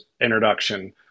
introduction